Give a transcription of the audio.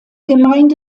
gemeinde